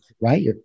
Right